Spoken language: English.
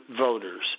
voters